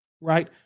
right